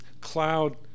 cloud